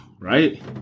right